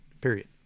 Period